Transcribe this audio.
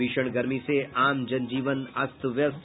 भीषण गर्मी से आम जन जीवन अस्त व्यस्त